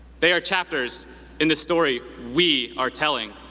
they are chapters in the story we are telling.